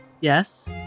yes